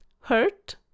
hurt